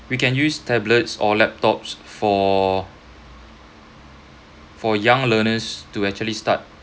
we can use tablets or laptops for for young learners to actually start